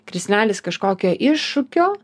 krislelis kažkokio iššūkio